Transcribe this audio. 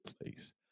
place